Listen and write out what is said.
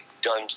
done